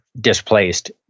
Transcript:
displaced